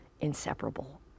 inseparable